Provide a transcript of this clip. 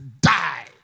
die